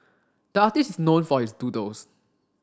the artist is known for his doodles